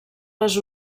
les